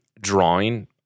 Drawing